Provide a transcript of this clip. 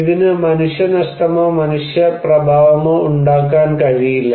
ഇതിന് മനുഷ്യനഷ്ടമോ മനുഷ്യ പ്രഭാവമോ ഉണ്ടാക്കാൻ കഴിയില്ല